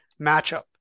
matchup